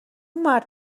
مرد